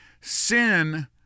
Sin